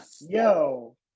Yo